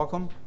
Welcome